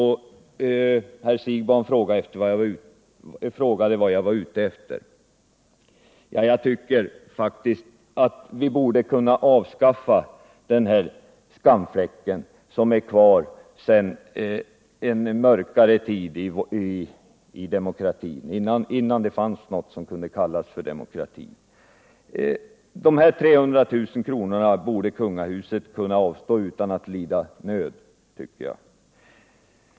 Herr Siegbahn frågade vad jag var ute efter. Jag tycker faktiskt att vi borde kunna utplåna den här skamfläcken, som finns kvar sedan en mörkare tid, innan det fanns någonting som kunde kallas demokrati. De här 300 000 kronorna borde kungahuset kunna avstå från utan att lida nöd, tycker jag.